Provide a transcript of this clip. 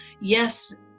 Yes